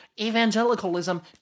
Evangelicalism